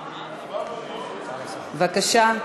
בבקשה.